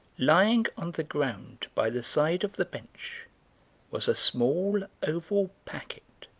lying on the ground by the side of the bench was a small oval packet,